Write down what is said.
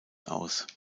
aus